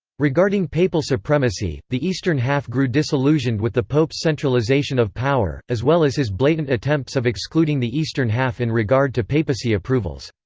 regarding papal supremacy, the eastern half grew disillusioned with the pope's centralization of power, as well as his blatant attempts of excluding the eastern half in regard to papacy approvals.